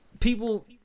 people